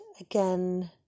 again